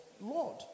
Lord